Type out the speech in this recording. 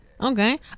Okay